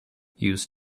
uses